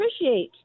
appreciate